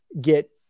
get